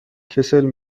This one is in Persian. کسل